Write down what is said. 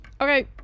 Okay